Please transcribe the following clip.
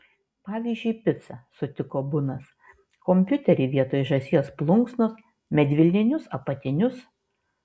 pavyzdžiui picą sutiko bunas kompiuterį vietoj žąsies plunksnos medvilninius apatinius